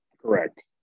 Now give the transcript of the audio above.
correct